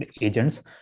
agents